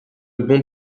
bons